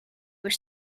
were